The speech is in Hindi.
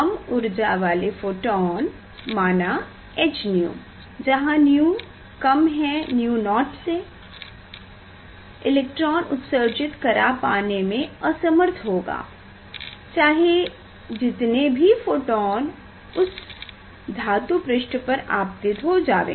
कम ऊर्जा वाले फोटोन माना h𝛎 जहाँ 𝛎 कम है 𝛎0 इलेक्ट्रॉन उत्सर्जित करा पाने में असमर्थ होगा चाहे जीतने भी फोटोन उस धातु पृष्ठ पर आपतित हो जावें